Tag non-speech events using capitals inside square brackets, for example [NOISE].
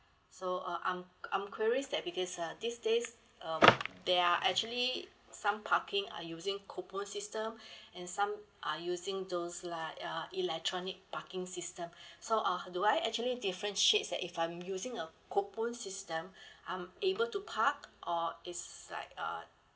so uh I'm I'm curious that because uh these days um there are actually some parking are using coupon system [BREATH] and some are using those like uh electronic parking system [BREATH] so uh do I actually differentiate that if I'm using a coupon system [BREATH] I'm able to park or it's like uh